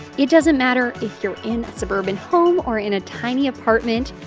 it doesn't matter if you're in a suburban home or in a tiny apartment.